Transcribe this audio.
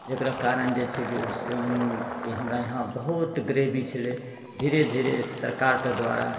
जकरा कारण जे छै ओ कि हमरा इहाँ बहुत गरेबी छलै धीरे धीरे सरकारके द्वारा